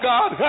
God